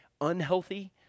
unhealthy